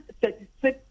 thirty-six